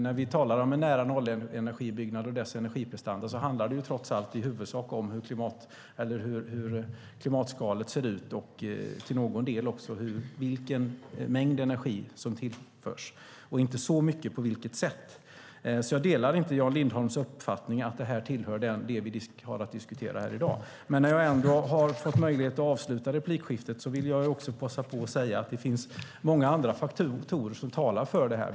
När vi talar om en nära-nollenergibyggnad och dess energiprestanda handlar det trots allt i huvudsak om hur klimatskalet ser ut och till någon del också om vilken mängd energi som tillförs, men inte så mycket om på vilket sätt. Jag delar därför inte Jan Lindholms uppfattning att det här tillhör det vi har att diskutera här i dag. När jag ändå har fått möjlighet att avsluta replikskiftet vill jag passa på att säga att det finns många andra faktorer som talar för det här.